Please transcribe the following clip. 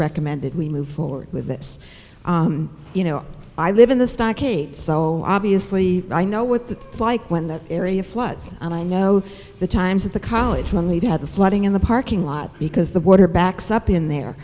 recommended we move forward with this you know i live in the stockade so obviously i know what that's like when that area floods and i know the times at the college when lead had the flooding in the parking lot because the water backs up in there